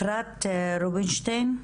אפרת רובינשטיין,